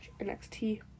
NXT